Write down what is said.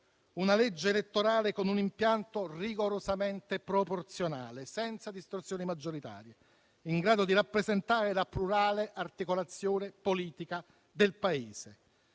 una legge elettorale con un impianto rigorosamente proporzionale, senza distorsioni maggioritarie, in grado di rappresentare la plurale articolazione politica del Paese.